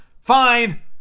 fine